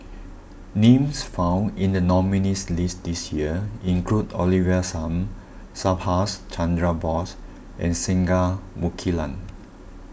names found in the nominees' list this year include Olivia Lum Subhas Chandra Bose and Singai Mukilan